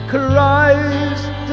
Christ